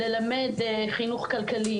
ללמד חינוך כלכלי